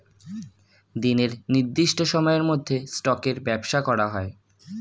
দিনের নির্দিষ্ট সময়ের মধ্যে স্টকের ব্যবসা করা হয়